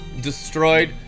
destroyed